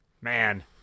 Man